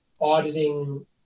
auditing